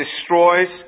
destroys